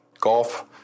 golf